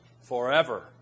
forever